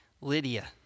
Lydia